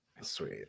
Sweet